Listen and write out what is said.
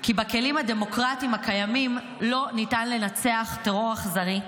כי בכלים הדמוקרטיים הקיימים לא ניתן לנצח טרור אכזרי,